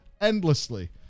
endlessly